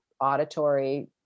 auditory